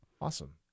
Awesome